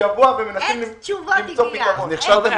אנחנו מנסים למצוא פתרון.